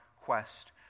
quest